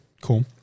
cool